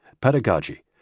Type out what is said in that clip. pedagogy